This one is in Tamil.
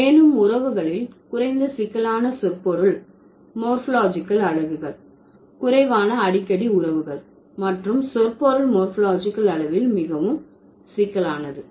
மேலும் உறவுகளில் குறைந்த சிக்கலான சொற்பொருள் மோர்பாலஜிகல் அலகுகள் குறைவான அடிக்கடி உறவுகள் மற்றும் சொற்பொருள் மோர்பாலஜிகல் அளவில் மிகவும் சிக்கலானது